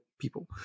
people